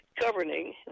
governing